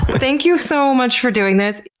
thank you so much for doing this.